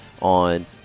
on